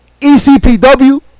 ECPW